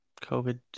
COVID